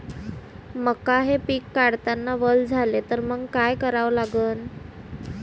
मका हे पिक काढतांना वल झाले तर मंग काय करावं लागन?